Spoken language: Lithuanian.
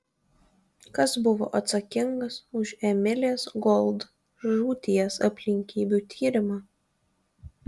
kas buvo atsakingas už emilės gold žūties aplinkybių tyrimą